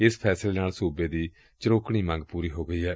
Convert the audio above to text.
ਇਸ ਫੈਸਲੇ ਨਾਲ ਸੁਬੇ ਦੀ ਚਿਰੋਕਣੀ ਮੰਗ ਪੁਰੀ ਹੋ ਗਈ ਏ